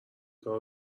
کارو